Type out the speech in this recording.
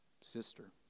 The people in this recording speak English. sister